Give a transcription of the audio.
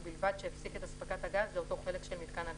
ובלבד שהפסיק את הספקת הגז לאותו חלק של מיתקן הגז.